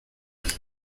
bwe